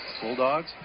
Bulldogs